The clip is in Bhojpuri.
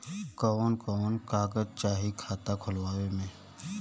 कवन कवन कागज चाही खाता खोलवावे मै?